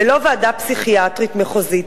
ולא ועדה פסיכיאטרית מחוזית.